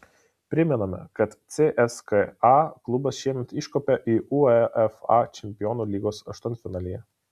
primename kad cska klubas šiemet iškopė į uefa čempionų lygos aštuntfinalį